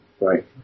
right